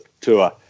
tour